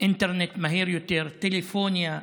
אינטרנט מהיר יותר, טלפוניה,